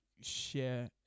share